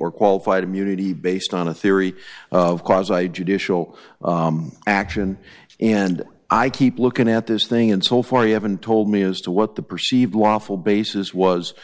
or qualified immunity based on a theory of cause i judicial action and i keep looking at this thing and so far you haven't told me as to what the perceived lawful basis was